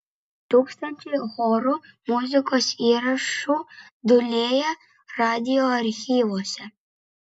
tūkstančiai chorų muzikos įrašų dūlėja radijo archyvuose